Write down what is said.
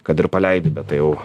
kad ir paleidi bet tai jau